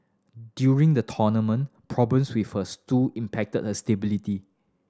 during the tournament problems with her stool impacted her stability